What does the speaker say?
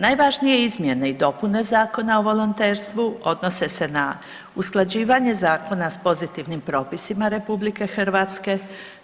Najvažnije izmjene i dopune Zakona o volonterstvu odnose se na usklađivanje zakona s pozitivnim propisima RH,